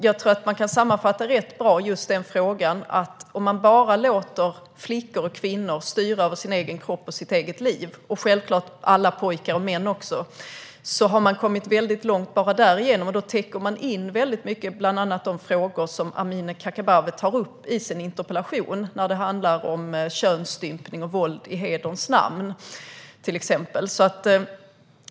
Jag tror att man kan sammanfatta frågan rätt bra med att man har kommit väldigt långt bara man låter flickor och kvinnor styra över sin egen kropp och sitt eget liv. Det gäller självklart alla pojkar och män också. Då har man kommit väldigt längt, och då täcker man in mycket av bland annat de frågor Amineh Kakabaveh tar upp i sin interpellation. Det handlar till exempel om könsstympning och våld i hederns namn.